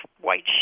white